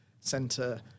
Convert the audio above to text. center